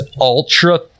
ultra